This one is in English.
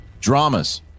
Dramas